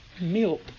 milk